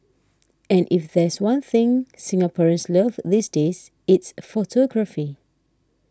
and if there's one thing Singaporeans love these days it's photography